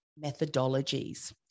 methodologies